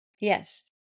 Yes